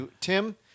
Tim